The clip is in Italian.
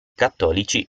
cattolici